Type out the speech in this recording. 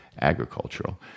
agricultural